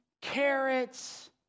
Carrots